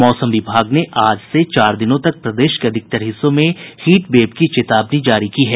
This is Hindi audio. मौसम विभाग ने आज से चार दिनों तक प्रदेश के अधिकतर हिस्सों में हीट वेव की चेतावनी जारी की है